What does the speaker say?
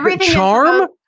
Charm